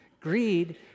Greed